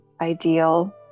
ideal